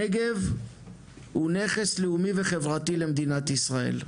הנגב הוא נכס לאומי וחברתי למדינת ישראל.